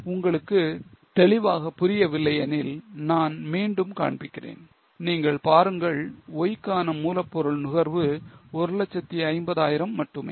உங்களுக்கு தெளிவாக புரியவில்லை எனில் நான் மீண்டும் காண்பிக்கிறேன் நீங்கள் பாருங்கள் Y க்கான மூலப்பொருள் நுகர்வு 150000 மட்டுமே